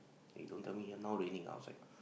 eh don't tell me now raining ah outside